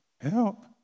help